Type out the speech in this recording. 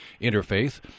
interfaith